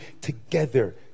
together